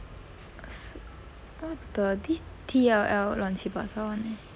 err s~ what the this T_L_L 乱七八糟 [one] eh